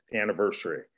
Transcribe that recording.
anniversary